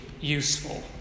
useful